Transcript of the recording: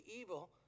evil